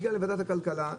שהגיע לוועדת הכלכלה,